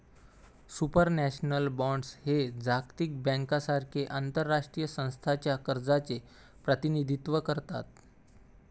supranational bonds हे जागतिक बँकेसारख्या आंतरराष्ट्रीय संस्थांच्या कर्जाचे प्रतिनिधित्व करतात